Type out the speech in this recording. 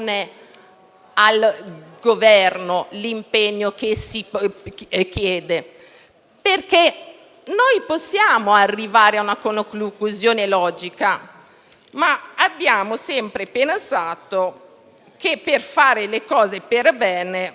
giusto l'impegno che si chiede al Governo, perché noi possiamo arrivare a una conclusione logica, ma abbiamo sempre pensato che, per fare le cose per bene,